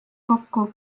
kokku